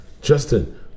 Justin